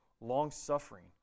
long-suffering